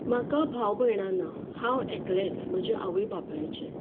म्हाका भाव भयणां ना हांव एकलेंच म्हज्या आवय बापायचें